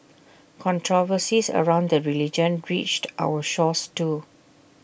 controversies around the religion reached our shores too